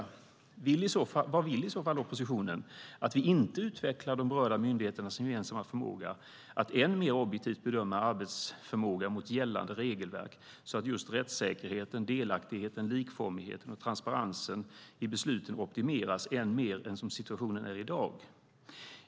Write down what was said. Vad vill i så fall oppositionen, att vi inte utvecklar de berörda myndigheternas gemensamma förmåga att än mer objektivt bedöma arbetsförmåga mot gällande regelverk så att just rättssäkerheten, delaktigheten, likformigheten och transparensen i besluten optimeras mer än som situationen är i dag?